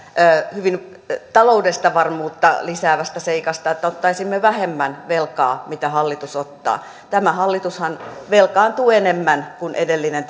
hyvin taloudellista varmuutta lisäävästä seikasta että ottaisimme vähemmän velkaa kuin hallitus ottaa tämä hallitushan velkaantuu enemmän kuin edellinen